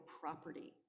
property